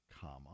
comma